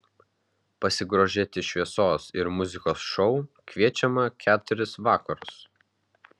pasigrožėti šviesos ir muzikos šou kviečiama keturis vakarus